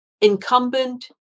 incumbent